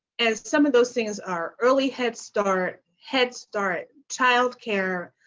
and some of those things are early head start, head start, child care,